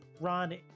Ron